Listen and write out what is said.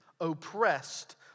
oppressed